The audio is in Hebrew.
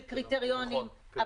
של קריטריונים,